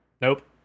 Nope